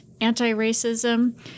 anti-racism